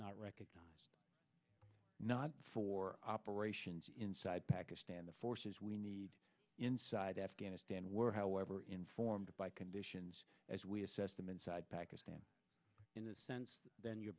not recognized not for operations inside pakistan the forces we need inside afghanistan were however informed by conditions as we assess them inside pakistan in the sense then your